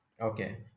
Okay